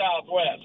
Southwest